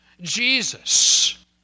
Jesus